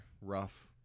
rough